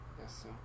Yes